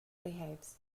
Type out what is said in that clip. behaves